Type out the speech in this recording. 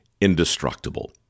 indestructible